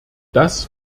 das